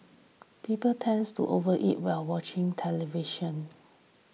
people tends to overeat while watching television